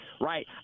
right